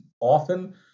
often